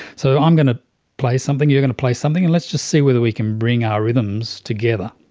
so i'm going to play something, you're going to play something, and let's just see whether we can bring our rhythms together.